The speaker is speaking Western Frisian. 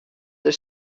dêr